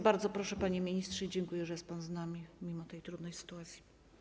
Bardzo proszę, panie ministrze, i dziękuję, że jest pan z nami mimo tej trudnej sytuacji.